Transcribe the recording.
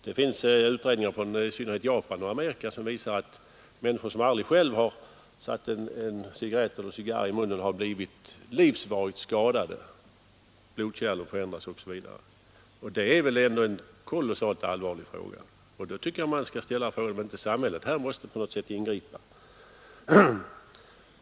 Det finns utredningar från i synnerhet Japan och Amerika som visar att människor som aldrig själva satt en cigarrett eller en cigarr i munnen har blivit livsvarigt skadade — blodkärlen förändras osv. Det är väl ändå kolossalt allvarligt? Därför tycker jag att man skall ställa frågan om inte samhället på något sätt måste ingripa.